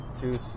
two